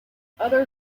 other